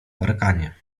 parkanie